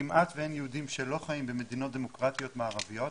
כמעט שאין יהודים שלא חיים במדינות דמוקרטיות מערביות.